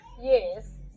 yes